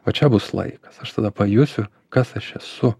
va čia bus laikas aš tada pajusiu kas aš esu